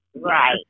Right